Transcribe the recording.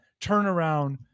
turnaround